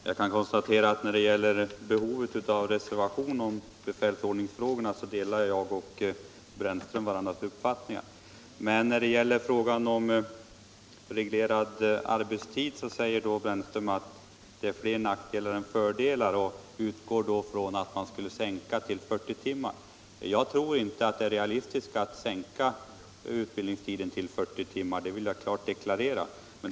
Herr talman! När det gäller behovet av reservation om befälsordningsfrågorna kan jag konstatera att jag och herr Brännström har samma uppfattning, men när det gäller reglerad arbetstid säger herr Brännström att den medför fler nackdelar än fördelar. Han utgår då från att man skulle sänka tiden till 40 timmar i veckan. Jag tror inte det är realistiskt att sänka utbildningstiden till 40 timmar; det vill jag klart deklarera.